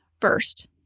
first